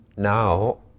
Now